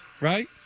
right